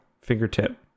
fingertip